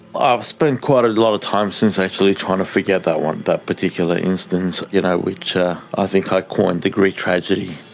spent quite a lot of time since actually trying to forget that one, that particular instance you know which ah i think i coined the greek tragedy.